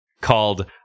called